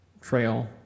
trail